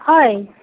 হয়